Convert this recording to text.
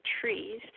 trees